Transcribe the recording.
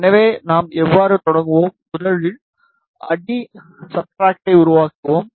எனவே நாம் எவ்வாறு தொடங்குவோம் முதலில் அடி சப்ஸ்ட்ரட்டை உருவாக்குவோம்